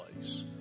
place